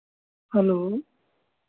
hello